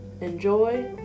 enjoy